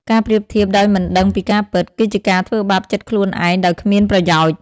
ការប្រៀបធៀបដោយមិនដឹងពីការពិត គឺជាការធ្វើបាបចិត្តខ្លួនឯងដោយគ្មានប្រយោជន៍។